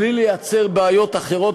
בלי ליצור בעיות אחרות,